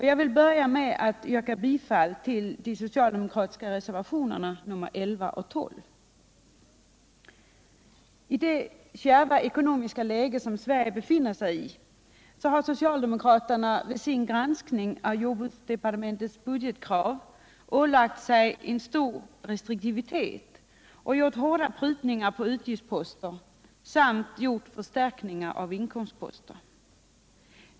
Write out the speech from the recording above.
Jag vill börja med att yrka bifall till de socialdemokratiska reservationerna nr 11 och 12. I det kärva ekonomiska läge som Sverige befinner sig i har socialdemokraterna vid sin granskning av jordbruksdepartementets budgetkrav ålagt sig stor restriktivitet och gjort hårda prutningar på utgiftsposter samt förstärkt inkomstposter.